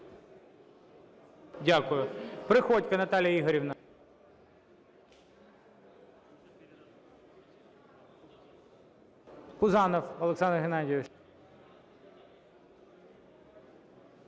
Дякую. Приходько Наталія Ігорівна. Пузанов Олександр Геннадійович.